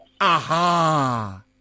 aha